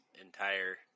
entire